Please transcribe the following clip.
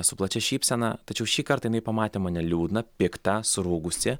su plačia šypsena tačiau šįkart jinai pamatė mane liūdną piktą surūgusį